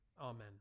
Amen